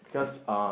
because uh